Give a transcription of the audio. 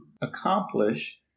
accomplish